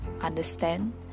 understand